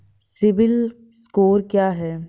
CIBIL score क्या है?